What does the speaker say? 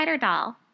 Doll